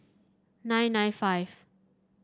nine nine five